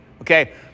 okay